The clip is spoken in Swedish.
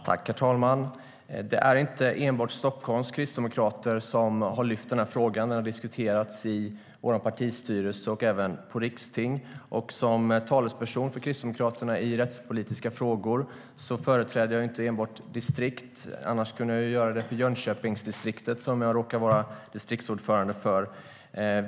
Herr talman! Det är inte enbart Stockholms kristdemokrater som har lyft den här frågan. Den har diskuterats i vår partistyrelse och även i riksting. Som talesperson för Kristdemokraterna i rättspolitiska frågor företräder jag inte enbart mitt distrikt. Annars kunde jag uttala mig för Jönköpingsdistriktet, som jag råkar vara distriktsordförande för.